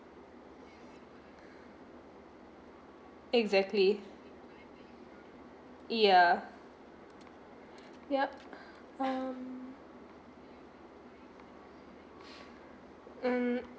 exactly yeah yup um mm